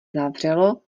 zavřelo